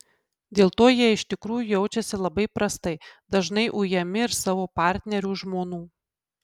dėl to jie iš tikrųjų jaučiasi labai prastai dažnai ujami ir savo partnerių žmonų